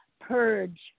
purge